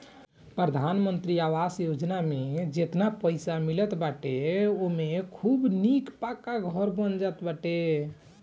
प्रधानमंत्री आवास योजना में जेतना पईसा मिलत बाटे ओमे खूब निक पक्का घर बन जात बाटे